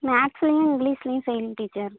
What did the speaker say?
மேக்ஸ்லையும் இங்லீஷ்லையும் fail teacher